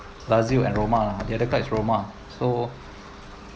lazio and roma the other club is roma so